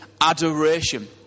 adoration